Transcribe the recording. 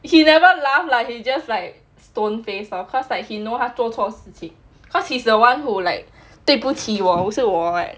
he never laugh like he just like stone faced lah cause like he know 他做错事情 cause he's the one who like 对不起我不是我 [what]